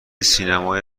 سینمای